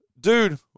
Dude